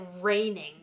raining